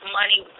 money